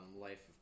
Life